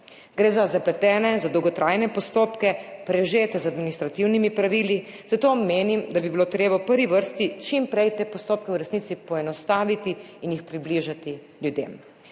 Gre za zapletene, za dolgotrajne postopke, prežete z administrativnimi pravili, zato menim, da bi bilo treba v prvi vrsti čim prej te postopke v resnici poenostaviti in jih približati ljudem,